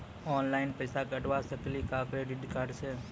Online पैसा कटवा सकेली का क्रेडिट कार्ड सा?